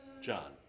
John